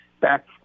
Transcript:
back